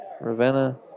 Ravenna